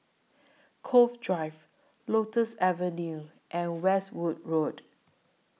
Cove Drive Lotus Avenue and Westwood Road